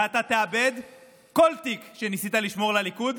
ואתה תאבד כל תיק שניסית לשמור לליכוד,